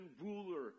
ruler